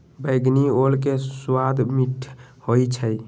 बइगनी ओल के सवाद मीठ होइ छइ